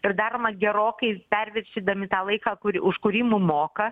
ir daroma gerokai perviršydami tą laiką kur už kurį mum moka